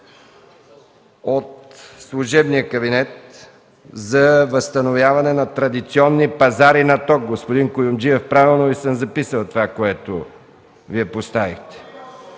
от служебния кабинет за възстановяване на традиционни пазари на ток – господин Куюмджиев, правилно ли съм записал въпросите, които поставихте;